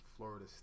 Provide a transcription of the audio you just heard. Florida